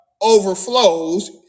overflows